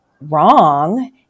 wrong